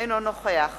אינו נוכח